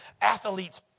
athletes